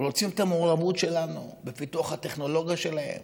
רוצים את המעורבות שלנו בפיתוח הטכנולוגיה שלהם,